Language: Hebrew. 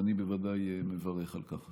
ואני ודאי מברך על כך.